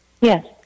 Yes